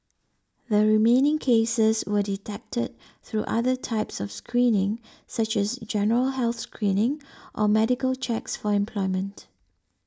the remaining cases were detected through other types of screening such as general health screening or medical checks for employment